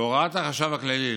בהוראת החשב הכללי,